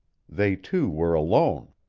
they two were alone.